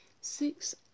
six